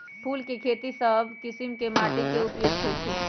फूल के खेती सभ किशिम के माटी उपयुक्त होइ छइ